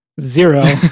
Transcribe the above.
zero